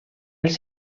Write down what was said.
els